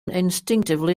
instinctively